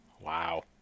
Wow